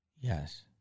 Yes